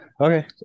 Okay